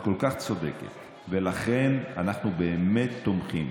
את כל כך צודקת, ולכן אנחנו באמת תומכים.